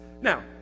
Now